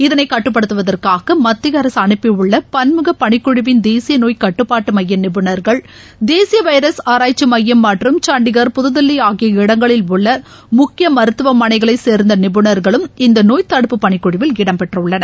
இதனை கட்டுப்படுத்துவதற்காக மத்திய அரசு அனுப்பி உள்ள பன்முக பணிக்குழுவின் தேசிய நோய்க் கட்டுப்பாட்டு எமய நிபுணர்கள் தேசிய வைரஸ் ஆராய்ச்சி மையம் மற்றும் ஜண்டிகர் புதுதில்லி ஆகிய இடங்களில் உள்ள முக்கிய மருத்துவமனைகளை சேர்ந்த நிபுணர்களும் இந்த நோய்த் தடுப்பு பணி குழுவில் இடம்பெற்றுள்ளனர்